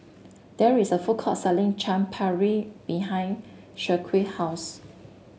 there is a food court selling Chaat Papri behind Shaquille house